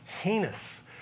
heinous